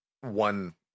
one